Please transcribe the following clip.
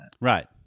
Right